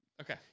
okay